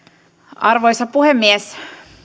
arvoisa puhemies